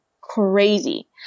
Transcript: crazy